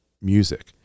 music